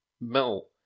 Mel